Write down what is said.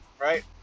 right